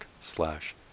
slash